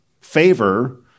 favor